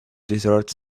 desert